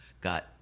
got